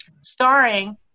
starring